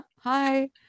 hi